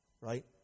right